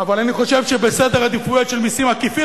אבל אני חושב שבסדר עדיפויות של מסים עקיפים,